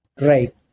Right